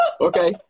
okay